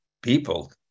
people